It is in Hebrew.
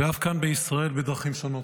ואף כאן בישראל בדרכים שונות.